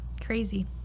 crazy